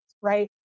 right